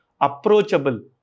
approachable